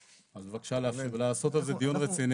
אז בבקשה לעשות על זה דיון רציני.